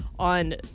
On